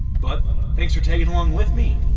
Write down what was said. but thanks for tagging along with me.